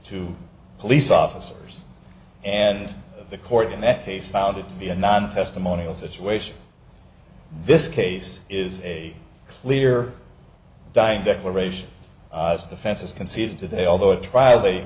to police officers and the court in that case found it to be a non testimonial situation this case is a clear dying declaration as defenses conceded today although at trial they